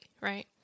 right